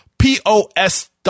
P-O-S